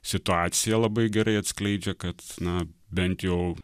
situaciją labai gerai atskleidžia kad na bent jau